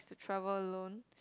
to travel alone